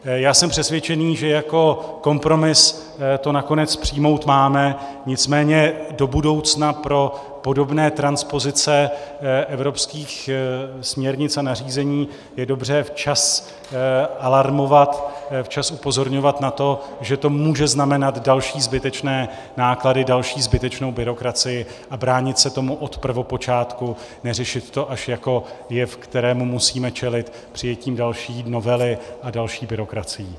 Já jsem přesvědčen, že jako kompromis to nakonec přijmout máme, nicméně do budoucna pro podobné transpozice evropských směrnic a nařízení je dobře včas alarmovat, včas upozorňovat na to, že to může znamenat další zbytečné náklady, další zbytečnou byrokracii, a bránit se tomu od prvopočátku, neřešit to až jako jev, kterému musíme čelit přijetím další novely a další byrokracií.